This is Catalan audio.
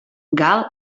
gal